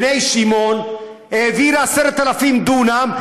בני שמעון העבירה 10,000 דונם?